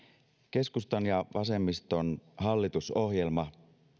keskustan ja vasemmiston hallitusohjelma